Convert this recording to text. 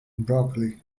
broccoli